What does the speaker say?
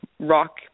rock